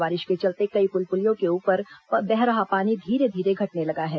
बारिश के चलते कई पुल पुलियों के ऊपर बह रहा पानी धीरे धीरे घटने लगा है